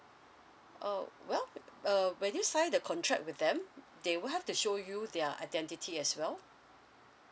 uh well uh when you sign the contract with them they will have to show you their identity as well